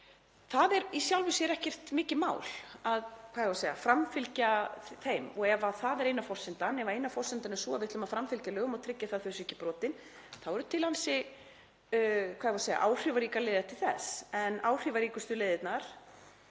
Það er í sjálfu sér ekkert mikið mál að framfylgja þeim og ef eina forsendan er sú að við ætlum að framfylgja lögum og tryggja að þau séu ekki brotin, þá eru til ansi áhrifaríkar leiðir til þess. En áhrifaríkustu leiðirnar